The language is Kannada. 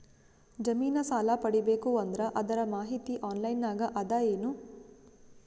ಜಮಿನ ಸಾಲಾ ಪಡಿಬೇಕು ಅಂದ್ರ ಅದರ ಮಾಹಿತಿ ಆನ್ಲೈನ್ ನಾಗ ಅದ ಏನು?